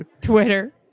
Twitter